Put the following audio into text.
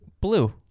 blue